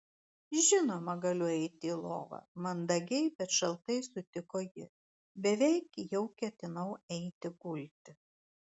žinoma galiu eiti į lovą mandagiai bet šaltai sutiko ji beveik jau ketinau eiti gulti